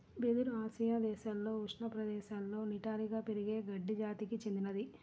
వెదురు ఆసియా దేశాలలో ఉష్ణ ప్రదేశాలలో నిటారుగా పెరిగే గడ్డి జాతికి చెందినది